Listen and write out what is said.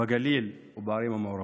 בגליל ובערים המעורבות.